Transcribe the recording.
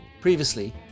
Previously